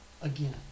again